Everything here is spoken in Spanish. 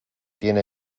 tiene